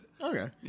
Okay